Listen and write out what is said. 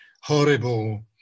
horrible